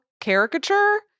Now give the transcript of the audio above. caricature